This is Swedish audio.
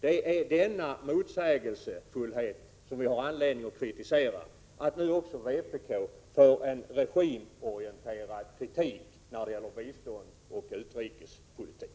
Det är denna motsägelsefullhet som vi har anledning att kritisera, att nu också vpk ägnar sig åt regimorienterad kritik när det gäller biståndsoch utrikespolitik.